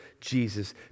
Jesus